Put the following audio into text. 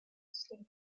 ste